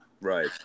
right